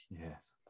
Yes